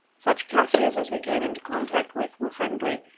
such kaffirs as we came in contact with were friendly,